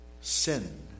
Sin